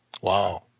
Wow